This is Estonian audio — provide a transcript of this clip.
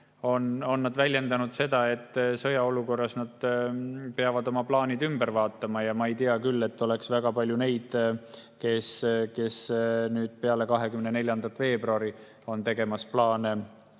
on väljendanud seda, et sõjaolukorras peavad nad oma plaanid ümber vaatama. Ja ma ei tea küll, et oleks väga palju neid, kes peale 24. veebruari oleks tegemas plaane